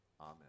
Amen